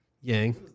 Yang